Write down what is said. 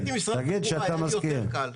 אם הייתי משרד התחבורה היה לי יותר קל.